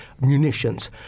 munitions